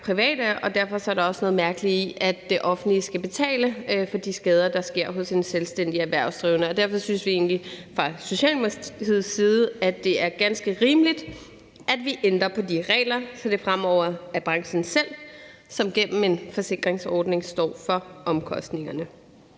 derfor er der også noget mærkeligt i, at det offentlige skal betale for de skader, der sker hos en selvstændig erhvervsdrivende. Derfor synes vi egentlig fra Socialdemokratiets side, at det er ganske rimeligt, at vi ændrer på de regler, så det fremover er branchen selv, som gennem en forsikringsordning står for omkostningerne.